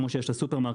כמו שיש לסופרמרקטים,